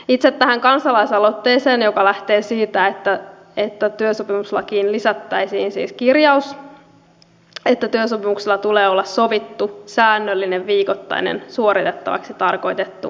itse tähän kansalaisaloitteeseen joka lähtee siitä että työsopimuslakiin lisättäisiin siis kirjaus että työsopimuksella tulee olla sovittu säännöllinen viikoittainen suoritettavaksi tarkoitettu työaika